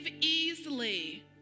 easily